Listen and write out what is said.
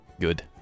Good